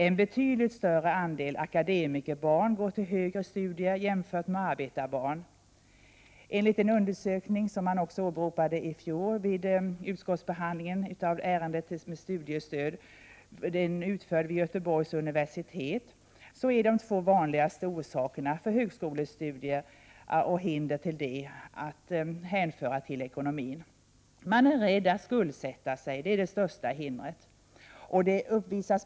En betydligt större andel akademikerbarn går till högre studier jämfört med arbetarbarn. Enligt en undersökning, som man också åberopade i fjol vid utskottsbehandlingen av ärendet om studiestöd, utförd vid Göteborgs universitet, är de vanligaste orsakerna till högskolestudier samt hinder för sådana att hänföra till ekonomin. Man är rädd att skuldsätta sig. Det är det största hindret.